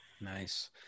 nice